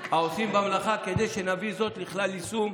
העושים במלאכה, כדי שנביא זאת לכלל יישום.